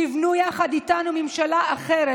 תבנו יחד איתנו ממשלה אחרת,